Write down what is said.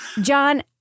John